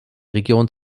region